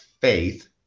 faith